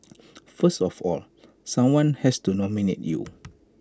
first of all someone has to nominate you